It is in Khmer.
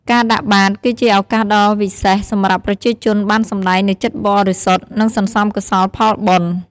ការដាក់បាតគឺជា ឱកាសដ៏វិសេសសម្រាប់ប្រជាជនបានសម្តែងនូវចិត្តបរិសុទ្ធ និងសន្សំកុសលផលបុណ្យ។